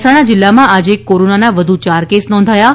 મહેસાણા જીલ્લામાં આજે કોરોનાના વધુ યાર કેસ નોધાયા છે